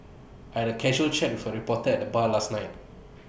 I had A casual chat with A reporter at the bar last night